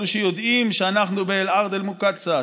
אלו שיודעים שאנחנו באל-ארד אל-מוקדסה,